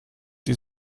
die